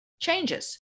changes